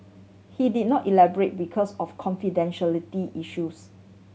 he did not elaborate because of confidentiality issues